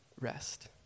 rest